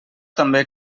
també